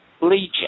Legion